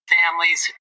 families